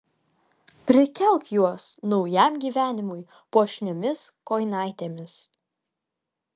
prikelk juos naujam gyvenimui puošniomis kojinaitėmis